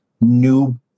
new